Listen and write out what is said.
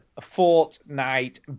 Fortnite